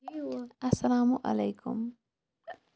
اَسلام علیکُم